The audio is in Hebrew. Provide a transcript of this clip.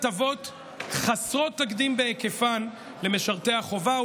ייתן הטבות חסרות תקדים בהיקפן למשרתי החובה,